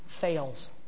fails